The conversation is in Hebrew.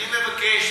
אני מבקש,